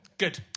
Good